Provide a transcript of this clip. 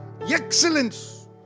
excellence